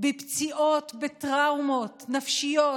בפציעות, בטראומות נפשיות ופיזיות,